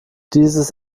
dieses